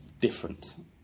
different